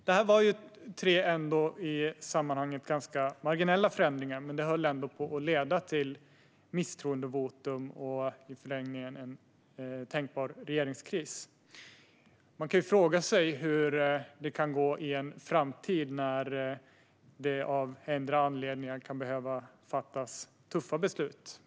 Detta var tre i sammanhanget ganska marginella förändringar, men de höll ändå på att leda till misstroendevotum och i förlängningen en tänkbar regeringskris. Man kan ju fråga sig hur det kan gå i en framtid, när det av någon anledning kan behöva fattas tuffa beslut.